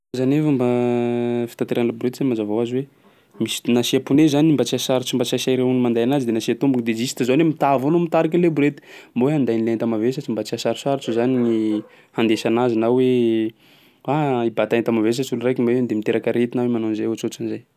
Zany hoe fomba fitaterana borety zany mazava hoazy hoe misy nasià pneu zany mba tsy hahasarotsy mba tsy hahasahira olo manday anazy de nasià tombony de juste zao ne mitaha avao anao mitarika an'ilay borety hoe mbô handay an'lay enta-mavesatry mba tsy hahasarosarotsy zany ny handesana azy na hoe: ah! hibata enta-mavesatsy olo araiky mba hoe miteraka arety na hoe manao an'zay, ohatsohatsin'zay.